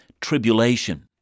tribulation